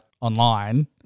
online